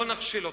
לא נכשיל אותך,